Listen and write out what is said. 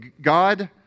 God